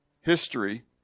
History